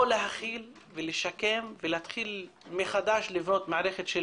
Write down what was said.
או להכיל ולשקם ולהתחיל מחדש לבנות מערכת של